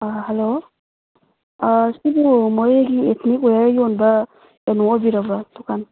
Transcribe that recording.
hello ꯁꯤꯕꯨ ꯃꯣꯔꯦꯒꯤ ethnic ꯋꯌꯥꯔ ꯌꯣꯟꯕ ꯀꯩꯅꯣ ꯑꯣꯏꯕꯤꯔꯕ꯭ꯔꯣ ꯗꯨꯀꯥꯟ